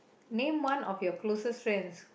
name one of your closet friends